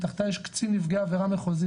מתחתי יש קצין נפגעי עבירה מחוזי,